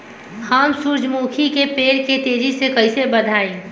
हम सुरुजमुखी के पेड़ के तेजी से कईसे बढ़ाई?